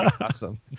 Awesome